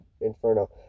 Inferno